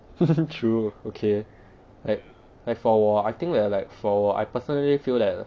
true okay like like for 我 I think like for 我 I personally feel that